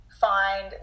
find